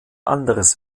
anderes